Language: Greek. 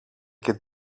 και